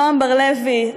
נעם בר-לוי,